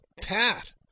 pat